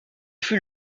fut